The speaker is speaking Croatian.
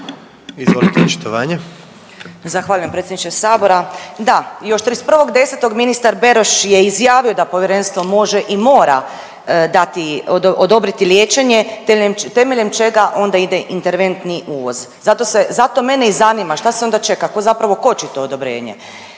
(Socijaldemokrati)** Zahvaljujem predsjedniče sabora. Da, još 31.10. ministar Beroš je izjavio da povjerenstvo može i mora dati, odobriti liječenje temeljem čega ona ide interventni uvoz. Zato se, zato mene i zanima šta se onda čeka, tko zapravo koči to odobrenje?